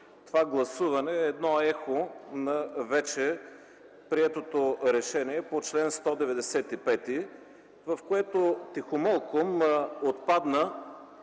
това гласуване е едно ехо на вече приетото решение по чл. 195, в което тихомълком отпадна